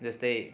जस्तै